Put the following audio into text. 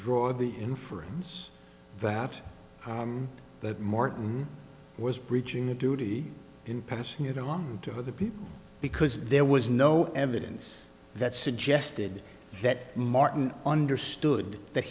draw the inference that that martin was breaching the duty in passing it on to other people because there was no evidence that suggested that martin understood that